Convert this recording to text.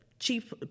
Chief